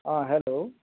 অঁ হেল্ল'